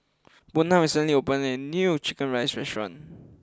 Buna recently opened a new Chicken Rice restaurant